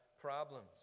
problems